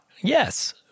yes